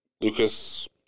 Lucas